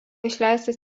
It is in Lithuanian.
išleistas